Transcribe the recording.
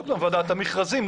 ועדת המכרזים.